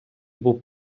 був